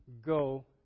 go